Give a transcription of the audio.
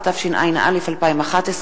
התשע”א 2011,